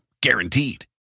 Guaranteed